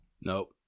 Nope